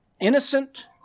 innocent